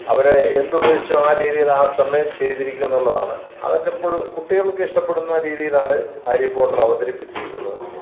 അവർ എന്തുദ്ദേശിച്ചോ ആ രിതിയിലാണ് സമയം ചെയ്തിരിക്കുന്നുള്ളതാണ് അതൊക്കെ എപ്പോഴും കുട്ടികൾക്കിഷ്ടപ്പെടുന്ന രീതിയിലാണ് ഹാരി പോട്ടർ അവതരിപ്പിച്ചിരിക്കുന്നത്